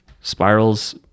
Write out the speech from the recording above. spirals